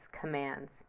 commands